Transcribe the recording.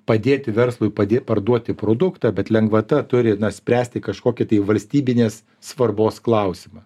padėti verslui padė parduoti produktą bet lengvata turi na spręsti kažkokį tai valstybinės svarbos klausimą